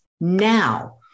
now